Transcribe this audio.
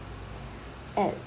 at